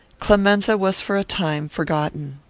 clemenza was for a time forgotten.